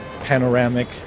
panoramic